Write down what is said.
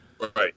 Right